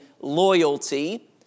loyalty